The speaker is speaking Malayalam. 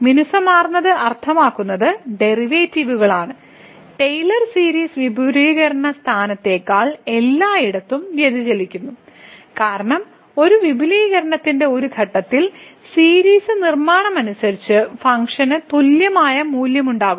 മിനുസമാർന്നത് അർത്ഥമാക്കുന്നത് ഡെറിവേറ്റീവുകളാണ് ടെയ്ലർ സീരീസ് വിപുലീകരണ സ്ഥാനത്തേക്കാൾ എല്ലായിടത്തും വ്യതിചലിക്കുന്നു കാരണം ഒരു വിപുലീകരണത്തിന്റെ ഒരു ഘട്ടത്തിൽ സീരീസിന് നിർമ്മാണമനുസരിച്ച് ഫങ്ക്ഷന് തുല്യമായ മൂല്യമുണ്ടാകും